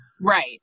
Right